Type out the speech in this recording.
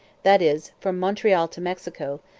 that is, from montreal to mexico,